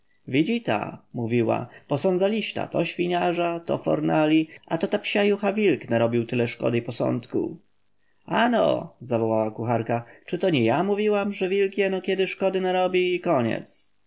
kuchni widzita mówiła posądzaliśta to świniarza to fornali a to ta psia jucha wilk narobił tyle szkody i posądku a no zawołała kucharka czy to ja nie mówiłam że wilk jeno kiedy szkody narobi i koniec